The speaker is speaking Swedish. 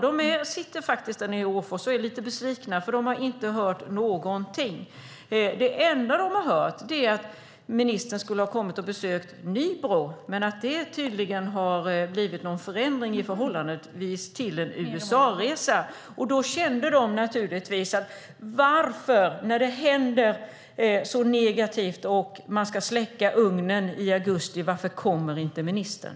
De sitter faktiskt nere i Orrefors och är lite besvikna, för de har inte hört någonting. Det enda som de har hört är att ministern skulle ha besökt Nybro, men att det tydligen har blivit ändrat på grund av en USA-resa. Då känner de naturligtvis: När det händer så mycket negativt och man ska släcka ugnen i augusti, varför kommer inte ministern?